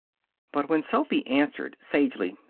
but when sophy answered, sagely,